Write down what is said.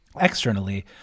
externally